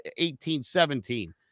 1817